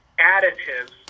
additives